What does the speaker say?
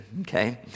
okay